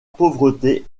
pauvreté